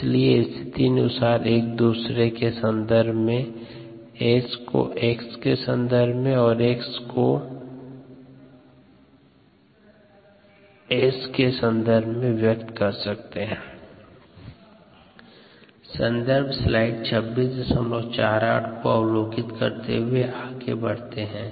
इसलिए स्थितिनुसार एक को दूसरे संदर्भ में s को x के सन्दर्भ में या x के संदर्भ में S व्यक्त कर सकते हैं